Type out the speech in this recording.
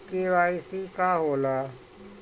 KYC का होला?